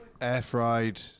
Air-fried